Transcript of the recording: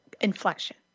inflection